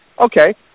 Okay